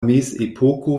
mezepoko